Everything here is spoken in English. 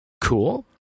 cool